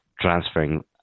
transferring